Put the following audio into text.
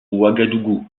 ouagadougou